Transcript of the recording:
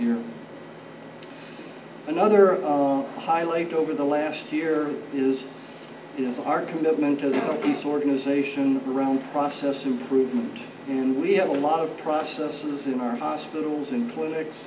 year another highlight over the last year is is our commitment to peace organization around process improvement and we have a lot of processes in our hospitals and clinics